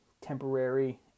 temporary